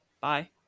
Bye